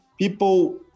people